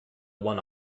one